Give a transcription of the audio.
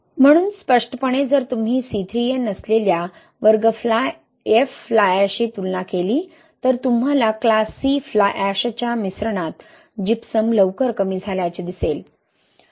म्हणून स्पष्टपणे जर तुम्ही C3A नसलेल्या वर्ग F फ्लाय ऍशशी तुलना केली तर तुम्हाला क्लास C फ्लाय ऍशच्या मिश्रणात जिप्सम लवकर कमी झाल्याचे दिसेल